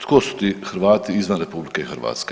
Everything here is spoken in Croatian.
Tko su ti Hrvati izvan RH?